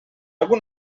algun